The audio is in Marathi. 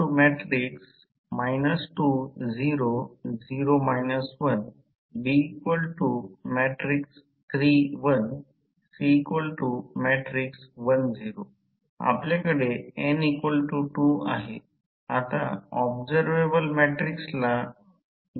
आता ∂ खूपच लहान आहे असे समजू0 तर कारण cos ∂ 1 म्हणूनच E2 V2 ही संज्ञा किंवा E2 V2 V2 हे लिहू हे I2 सामान्य आहे